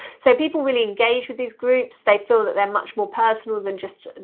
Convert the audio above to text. so people really engage with these groups. they feel that they're much more personal than just,